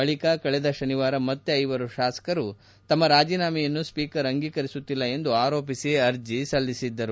ಬಳಿಕ ಕಳೆದ ಶನಿವಾರ ಮತ್ತೆ ಐವರು ಶಾಸಕರು ತಮ್ಮ ರಾಜೀನಾಮೆಯನ್ನು ಸ್ವೀಕರ್ ಅಂಗೀಕರಿಸುತ್ತಿಲ್ಲ ಎಂದು ಆರೋಪಿಸಿ ಅರ್ಜಿ ಸಲ್ಲಿಸಿದ್ದರು